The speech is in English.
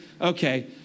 okay